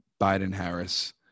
Biden-Harris